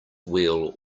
wheel